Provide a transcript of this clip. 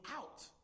out